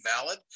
valid